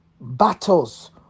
battles